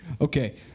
Okay